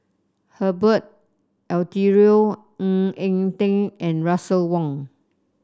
Herbert Eleuterio Ng Eng Teng and Russel Wong